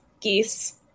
geese